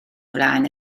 flaen